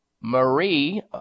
Marie